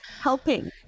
helping